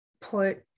put